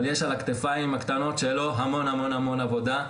אבל יש על הכתפיים הקטנות שלו המון המון עבודה,